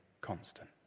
constant